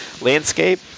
landscape